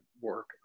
work